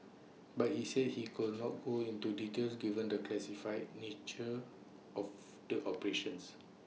but he said he could not go into details given the classified nature of the operations